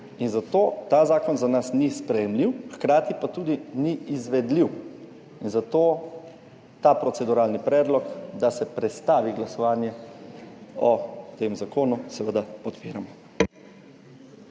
in zato ta zakon za nas ni sprejemljiv, hkrati pa tudi ni izvedljiv. Zato ta proceduralni predlog, da se prestavi glasovanje o tem zakonu, seveda podpiramo.